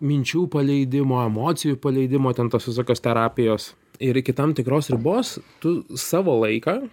minčių paleidimo emocijų paleidimo ten tos visokios terapijos ir iki tam tikros ribos tu savo laiką